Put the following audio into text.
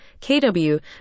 kW